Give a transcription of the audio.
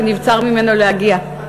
שנבצר ממנו להגיע.